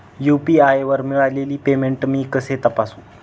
UPI वर मिळालेले payment मी कसे तपासू?